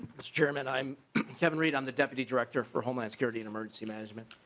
mister chairman i'm kevin reed on the deputy director for homeland security and emergency management.